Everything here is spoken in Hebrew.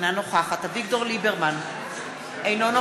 אינה נוכחת אביגדור ליברמן,